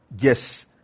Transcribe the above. Yes